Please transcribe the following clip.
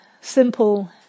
simple